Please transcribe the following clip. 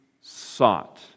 sought